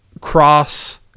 Cross